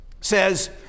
says